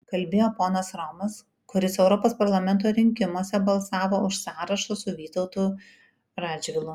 kalbėjo ponas romas kuris europos parlamento rinkimuose balsavo už sąrašą su vytautu radžvilu